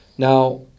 now